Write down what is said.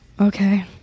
okay